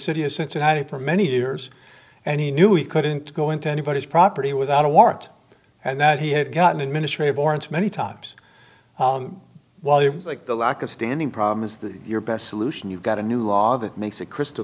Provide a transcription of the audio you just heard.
city of cincinnati for many years and he knew he couldn't go into anybody's property without a warrant and that he had gotten administrative orange many tops while you like the lack of standing problem is that your best solution you've got a new law that makes it crystal